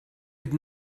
had